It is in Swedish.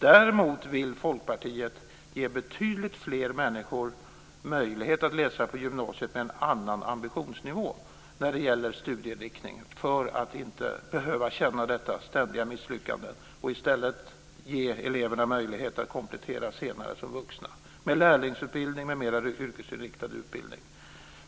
Däremot vill Folkpartiet ge betydligt fler människor möjlighet att läsa på gymnasiet med en annan ambitionsnivå när det gäller studieinriktningen för att de inte ska behöva känna detta ständiga misslyckande och i stället ge eleverna möjlighet att komplettera senare som vuxna med en lärlingsutbildning, med mer yrkesinriktad utbildning.